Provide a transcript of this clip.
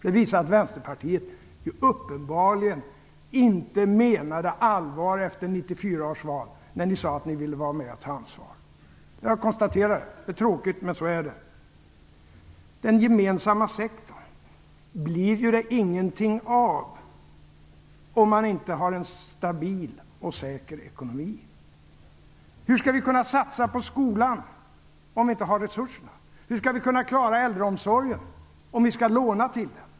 Det visar att Vänsterpartiet uppenbarligen inte menade allvar efter 1994 års val, när ni sade att ni ville vara med och ta ansvar. Jag konstaterar det. Det är tråkigt, men så är det. Den gemensamma sektorn blir det ingenting av om man inte har en stabil och säker ekonomi. Hur skall vi kunna satsa på skolan om vi inte har resurser? Hur skall vi kunna klara äldreomsorgen om vi skall låna till den?